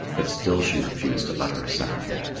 but still she refused to utter a sound.